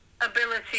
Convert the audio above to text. ability